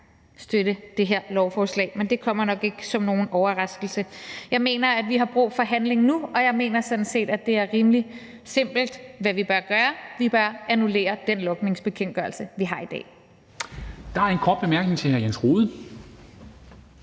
støtte det her lovforslag, men det kommer nok ikke som nogen overraskelse. Jeg mener, at vi har brug for handling nu, og jeg mener sådan set, at det er rimelig simpelt, hvad vi bør gøre, for vi bør annullere den logningsbekendtgørelse, vi har i dag. Kl. 10:30 Formanden (Henrik Dam